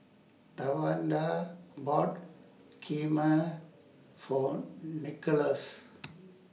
Tawanda bought Kheema For Nicholaus